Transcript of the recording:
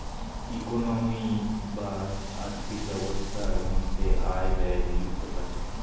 economy বা আর্থিক ব্যবস্থার মধ্যে আয় ব্যয় নিযুক্ত থাকে